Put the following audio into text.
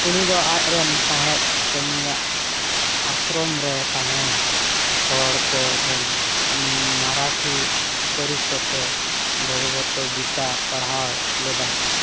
ᱩᱱᱤᱫᱚ ᱟᱡᱨᱮᱱ ᱥᱟᱸᱦᱮᱫ ᱠᱟᱹᱢᱤᱭᱟᱫ ᱟᱥᱨᱚᱢ ᱨᱮ ᱛᱟᱦᱮᱱ ᱦᱚᱲ ᱠᱚᱴᱷᱮᱱ ᱢᱟᱨᱟᱴᱷᱤ ᱯᱟᱹᱨᱤᱥᱟᱛᱮ ᱵᱷᱚᱜᱽᱵᱚᱛ ᱜᱤᱛᱟ ᱯᱟᱲᱦᱟᱣ ᱞᱮᱫᱟᱭ